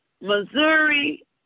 Missouri